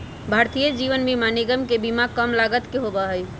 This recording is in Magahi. भारतीय जीवन बीमा निगम के बीमा कम लागत के होबा हई